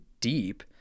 deep